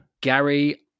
Gary